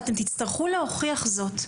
ואתם תצטרכו להוכיח זאת.